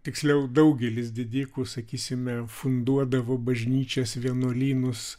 tiksliau daugelis didikų sakysime funduodavo bažnyčias vienuolynus